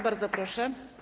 Bardzo proszę.